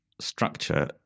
structure